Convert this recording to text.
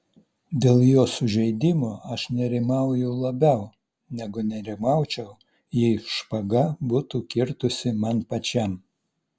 dėl jo sužeidimo aš nerimauju labiau negu nerimaučiau jei špaga būtų kirtusi man pačiam